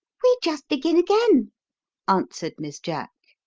we just begin again answered miss jack.